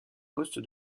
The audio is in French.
poste